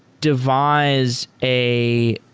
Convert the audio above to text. devise a